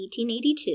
1882